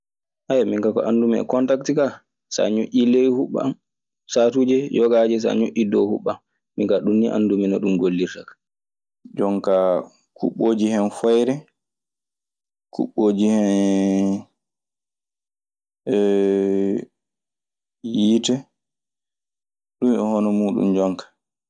Minkaa ko anndumi e kontakte kaa, so a ñoƴƴi ley huɓɓan. Saatuuje yoggaji so a ñoƴƴi dow huɓɓan. Min kaa ɗum anndumi no ɗum gollirta ka. jonkaa kuɓɓooji hen foyre, kuɓɓooji hen yiite. Ɗun e hono muuɗun jonkaa.